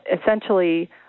essentially